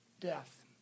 death